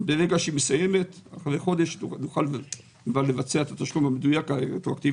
ברגע שהיא מסיימת אחרי חודש נוכל לבצע את התשלום המדויק הרטרואקטיבי.